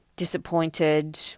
Disappointed